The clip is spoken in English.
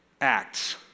Acts